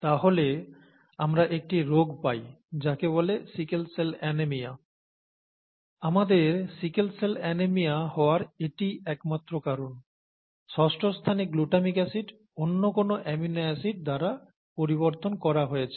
তাহলে আমরা একটি রোগ পাই যাকে বলে সিকেল সেল অ্যানিমিয়া আমাদের সিকেল সেল অ্যানিমিয়া হওয়ার এটিই একমাত্র কারণ ষষ্ঠ স্থানে গ্লুটামিক অ্যাসিড অন্যকোন অ্যামিনো অ্যাসিড দ্বারা পরিবর্তন করা হয়েছে